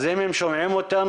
אז אם הם שומעים אותנו,